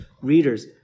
readers